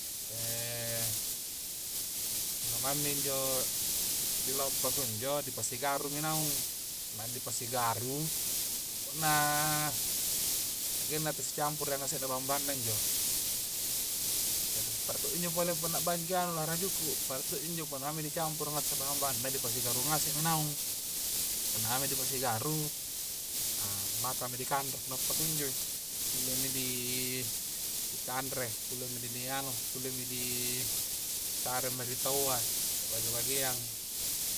E numaing mi injo di lau pakunjo di pasigarumi naung maeng dipasigaru poko na agenna ta sicampuru asena bambangna injo jari pertu'i pole na injo punna ba'juki la anu lahara juku' pada to' ji injo punna maengmi dicampuru ngaseng bahang-bahangna ni pasigaru ngasengmi naung, punna maengmi dipasigaru ah maka mi di kandre na pakunjoi kulle mi di di kanre kulle mi di ni anu kulle mi di saremi ri taua bage-bageang